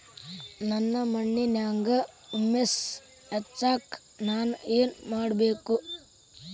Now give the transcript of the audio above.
ನನ್ನ ಮಣ್ಣಿನ್ಯಾಗ್ ಹುಮ್ಯೂಸ್ ಹೆಚ್ಚಾಕ್ ನಾನ್ ಏನು ಮಾಡ್ಬೇಕ್?